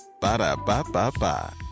Ba-da-ba-ba-ba